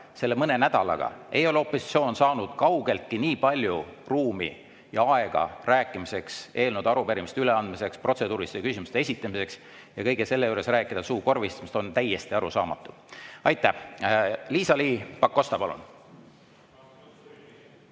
ole mõne nädalaga opositsioon saanud kaugeltki nii palju ruumi ja aega rääkimiseks, eelnõude ja arupärimiste üleandmiseks, protseduuriliste küsimuste esitamiseks. Kõige selle juures rääkida suukorvistamisest on täiesti arusaamatu. Liisa-Ly Pakosta, palun!